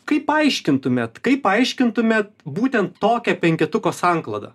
kaip paaiškintumėt kaip paaiškintumėt būtent tokią penketuko sanklodą